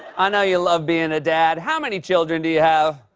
i know you love being a dad. how many children do you have?